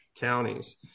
counties